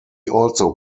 also